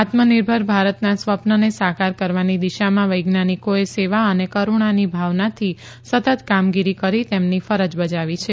આત્મનિર્ભર ભારતના સ્વપ્નને સાકાર કરવાની દિશામાં વૈજ્ઞાનિકોએ સેવા અને કરૂણાની ભાવનાથી સતત કામગીરી કરી તેમની ફરજ બજાવી છે